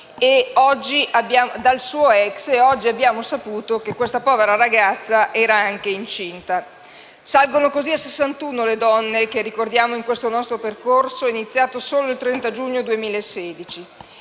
ex. Oggi abbiamo anche saputo che la povera ragazza era incinta. Salgono così a 61 le donne che ricordiamo in questo nostro percorso, iniziato solo il 30 giugno 2016.